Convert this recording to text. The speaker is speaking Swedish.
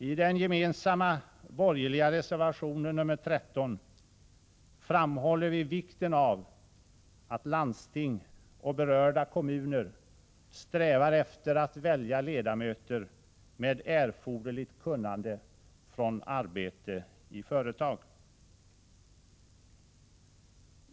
I den gemensamma borgerliga reservationen nr 13 framhåller vi vikten av att landsting och berörda kommuner strävar efter att välja ledamöter med erforderligt kunnande från arbete i företag.